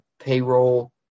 payroll